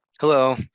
Hello